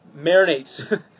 marinates